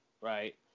right